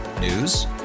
News